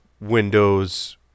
Windows